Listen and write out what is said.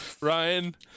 Ryan